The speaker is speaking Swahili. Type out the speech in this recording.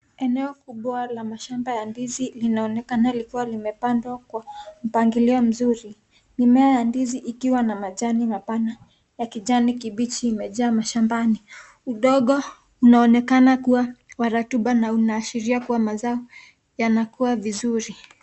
Eneo kubwa la mashamba ya ndizi linaonekana likiwa limepandwa kwa mpangilio mzuri. Mimea ya ndizi ikiwa na majani mapana ya kijani kibichi imejaa mashambani. Udongo unaonekana kuwa wa rotuba na unaashiria kuwa mazao yanakuwa vizuri.